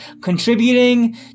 Contributing